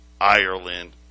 Ireland